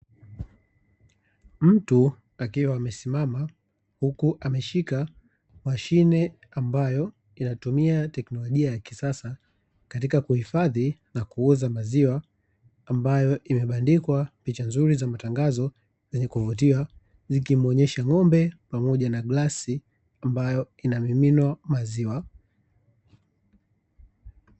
Mtu akiwa amesimama, huku ameshika mashine ambayo inatumia teknolojia ya kisasa, katika kuhifadhi na kuuza maziwa, ambayo imebandikwa picha nzuri za matangazo zenye kuvutia, zikimwonyesha ngombe pamoja na glasi, ambayo inamiminwa maziwa .